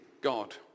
God